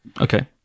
Okay